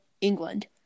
England